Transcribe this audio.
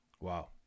Wow